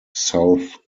south